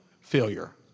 failure